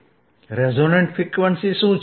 resonant frequency શું છે